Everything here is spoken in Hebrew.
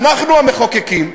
אנחנו מאזינים לך.